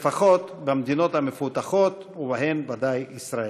לפחות במדינות המפותחות, ובהן, ודאי, ישראל.